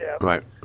Right